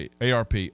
ARP